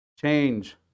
change